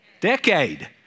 Decade